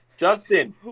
Justin